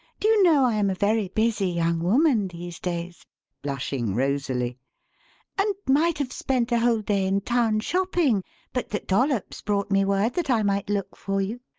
do you know, i am a very busy young woman these days blushing rosily and might have spent a whole day in town shopping but that dollops brought me word that i might look for you?